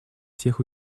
всех